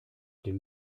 dem